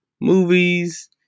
movies